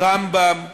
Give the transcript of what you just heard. רמב"ם ו"הדסה"